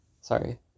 Sorry